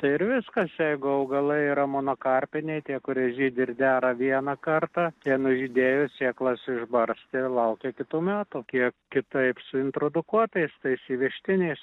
tai ir viskas jeigu augalai yra monokarpiniai tie kurie žydi ir dera vieną kartą tie nužydėjus sėklas išbarsto ir laukia kitų metų kiek kitaip su introdukuotais tais įvežtiniais